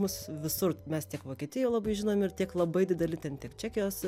mus visur mes tiek vokietijoj labai žinomi ir tiek labai dideli ten tiek čekijos